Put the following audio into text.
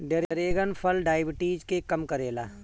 dragon फल diabetes के कम करेला